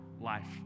life